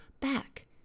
back